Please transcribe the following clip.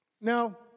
Now